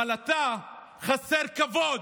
אבל אתה חסר כבוד,